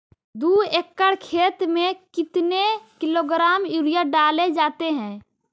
दू एकड़ खेत में कितने किलोग्राम यूरिया डाले जाते हैं?